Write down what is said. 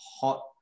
hot